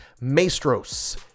maestros